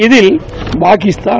இதில் பாகிஸ்தான